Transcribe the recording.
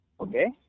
Okay